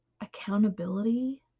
accountability